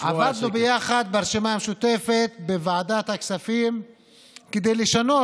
עבדנו ביחד ברשימה המשותפת בוועדת הכספים כדי לשנות